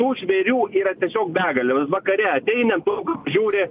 tų žvėrių yra tiesiog begalė va vakare ateini ant lauko pažiūri